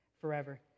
forever